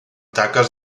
taques